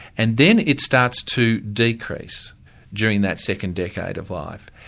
and then it starts to decrease during that second decade of life.